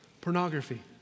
Pornography